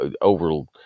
over